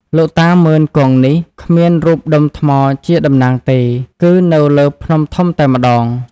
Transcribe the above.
លោកតា ម៉ឺន-គង់នេះ គ្មានរូបដុំថ្មជាតំណាងទេ គឺនៅលើភ្នំធំតែម្ដង។